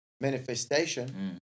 manifestation